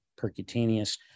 percutaneous